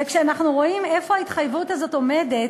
וכשאנחנו רואים איפה ההתחייבות הזאת עומדת,